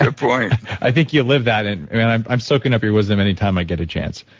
ah point i think you live that. and i'm i'm soaking up your wisdom any time i get a chance.